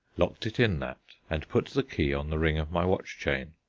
locked it in that, and put the key on the ring of my watch-chain.